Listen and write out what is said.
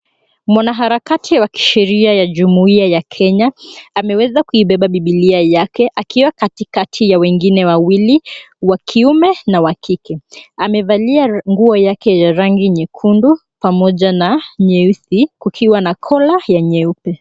Mwanaharakati wa kisheria wa jumuiya ya Kenya ameweza kuibeba bibilia yake akiwa katikati ya wengine wawili wa kiume na wa kike. Amevalia nguo yake ya rangi nyekundu pamoja na nyeusi kukiwa na collar ya nyeupe.